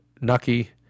Nucky